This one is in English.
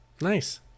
Nice